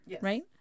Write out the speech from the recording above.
right